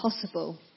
possible